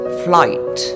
flight